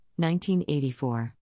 1984